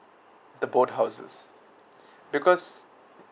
the boathouses because